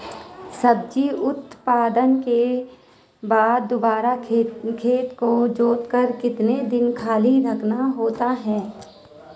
सब्जी उत्पादन के बाद दोबारा खेत को जोतकर कितने दिन खाली रखना होता है?